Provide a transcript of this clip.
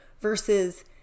versus